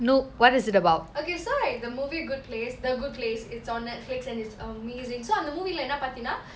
okay so like the movie good place the good place it's on netflix and is amazing so அந்த:antha movie lah என்னா பாதினா:ennaa paathina